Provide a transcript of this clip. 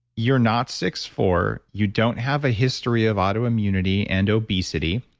you're not six, four. you don't have a history of autoimmunity and obesity,